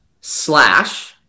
slash